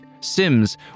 Sims